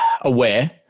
aware